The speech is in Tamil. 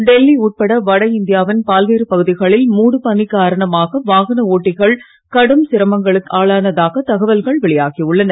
டெல்லி உட்பட வடஇந்தியாவின் பல்வேறு பகுதிகளில் மூடுப் பனி காரணமாக வாகன ஓட்டிகள் கடும் சிரமங்களுக்கு ஆளானதாக தகவல்கள் வெளியாகி உள்ளன